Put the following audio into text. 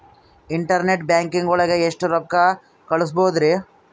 Internet banking ಒಳಗೆ ಎಷ್ಟ್ ರೊಕ್ಕ ಕಲ್ಸ್ಬೋದ್ ರಿ?